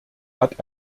hat